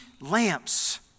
lamps